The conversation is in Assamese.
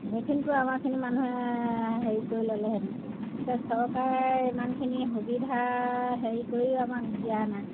সেইখিনিতো আমাৰখিনি মানুহে হেৰি কৰি ল'লেহেঁতেন এতিয়া চৰকাৰে ইমানখিনি সুবিধা হেৰি কৰিও আমাক দিয়া নাই